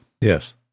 Yes